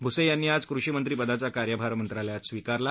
भूसे यांनी आज कृषीमंत्री पदाचा कार्यभार मंत्रालयात स्वीकारला